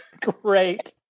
Great